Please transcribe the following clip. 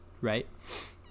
right